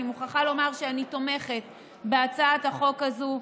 אני מוכרחה לומר שאני תומכת בהצעת החוק הזו.